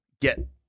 get